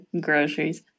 Groceries